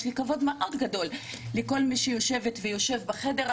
ויש לי כבוד מאוד גדול לכל מי שיושבת ויושב בחדר,